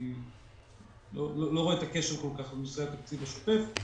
אני לא רואה את הקשר לנושא התקציב השוטף.